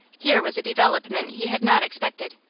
here was a development he had not expected.